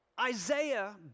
Isaiah